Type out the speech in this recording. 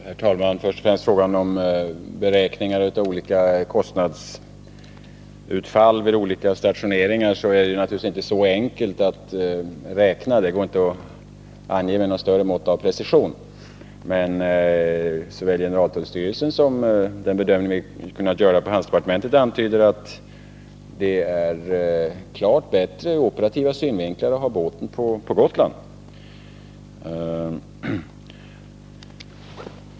Herr talman! Först till frågan om beräkning av kostnadsutfallet vid olika stationeringar: Det är naturligtvis inte så enkelt att göra sådana beräkningar, och det går därför inte att ange siffror med något större mått av precision. Men såväl generaltullstyrelsens bedömning som den bedömning vi kunnat göra på handelsdepartementet tyder på att det är klart bättre ur operativa synvinklar att ha båten på Gotland.